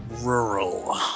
rural